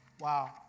Wow